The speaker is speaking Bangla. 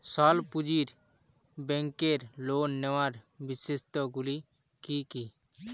স্বল্প পুঁজির ব্যাংকের লোন নেওয়ার বিশেষত্বগুলি কী কী?